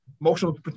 emotional